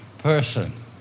person